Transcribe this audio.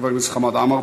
חבר הכנסת חמד עאמַר,